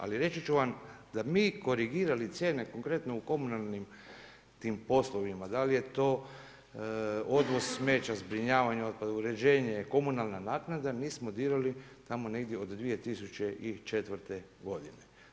Ali reći ću vam da mi korigirali cijene konkretno u komunalnim tim poslovima, da li je to odvoz smeća, zbrinjavanje otpada, uređenje, komunalna naknada nismo dirali tamo negdje od 2004. godine.